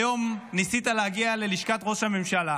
היום ניסית להגיע ללשכת ראש הממשלה,